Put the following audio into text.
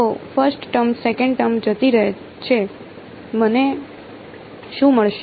તો first term second term જતી રહે છે મને શું મળશે